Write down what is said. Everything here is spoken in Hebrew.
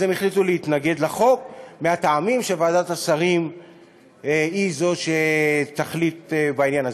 אז הם החליטו להתנגד לחוק מהטעם שוועדת השרים היא שתחליט בעניין הזה.